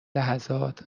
لحظات